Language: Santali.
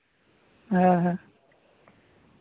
ᱦᱮᱸ ᱦᱮᱸ